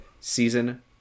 season